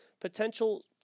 Potential